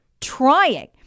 trying